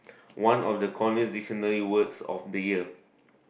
one of the Collin's Dictionary words of the year